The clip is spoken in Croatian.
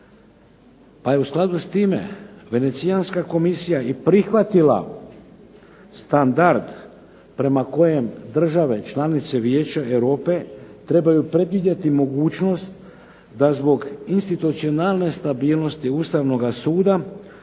pa je u skladu s time Venecijanska komisija i prihvatila standard prema kojem države članice Vijeća Europe trebaju predvidjeti mogućnost da zbog institucionalne stabilnosti Ustavnoga suda